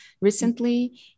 recently